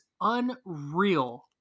unreal